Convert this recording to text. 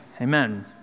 Amen